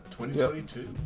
2022